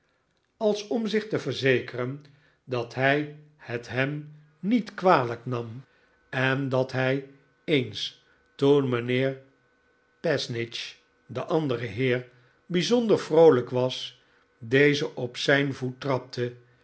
als om zich te verzekeren dat hij het hem david gopperfield niet kwalijk nam en dat hij eens toen mijnheer passnidge de andere heer bijzonder vroolijk was dezeh op zijn voet trapte